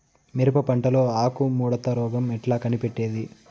మిరప పంటలో ఆకు ముడత రోగం ఎట్లా కనిపెట్టేది?